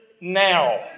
now